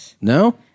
No